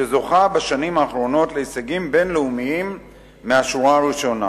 שזוכה בשנים האחרונות להישגים בין-לאומיים מהשורה הראשונה.